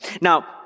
now